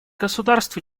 государств